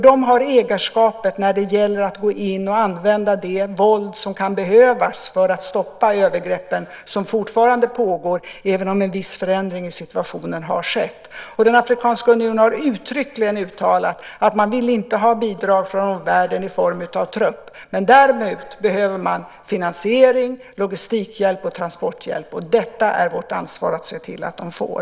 De har ägarskapet när det gäller att gå in och använda det våld som kan behövas för att stoppa övergreppen som fortfarande pågår även om en viss förändring av situationen har skett. Den afrikanska unionen har uttryckligen uttalat att man inte vill ha bidrag från omvärlden i form av trupp. Däremot behöver man finansiering, logistikhjälp och transporthjälp. Detta är det vårt ansvar att se till att de får.